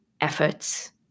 efforts